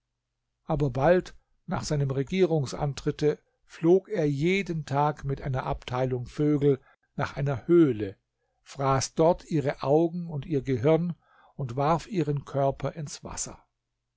aber bald nach seinem regierungsantritte flog er jeden tag mit einer abteilung vögel nach einer höhle fraß dort ihre augen und ihr gehirn und warf ihren körper ins wasser